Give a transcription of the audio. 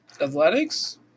Athletics